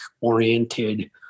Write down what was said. oriented